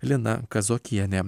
lina kazokienė